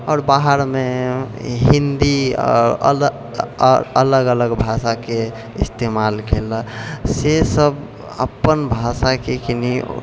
आओर बाहरमे हिन्दी आओर अलग अलग भाषाके ईस्तेमाल केलक से सब अपन भाषाके कनि